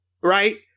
right